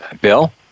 Bill